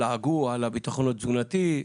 לעגו על הביטחון התזונתי,